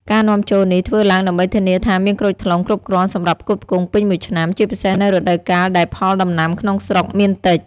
ការនាំចូលនេះធ្វើឡើងដើម្បីធានាថាមានក្រូចថ្លុងគ្រប់គ្រាន់សម្រាប់ផ្គត់ផ្គង់ពេញមួយឆ្នាំ ជាពិសេសនៅរដូវកាលដែលផលដំណាំក្នុងស្រុកមានតិច។